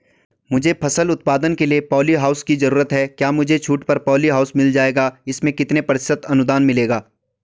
मुझे फसल उत्पादन के लिए प ॉलीहाउस की जरूरत है क्या मुझे छूट पर पॉलीहाउस मिल जाएगा इसमें कितने प्रतिशत अनुदान मिलेगा?